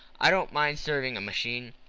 i don't mind serving a machine.